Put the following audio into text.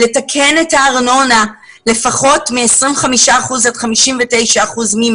לתקן את הארנונה לפחות מ-25 אחוזים עד 59 אחוזים מחודש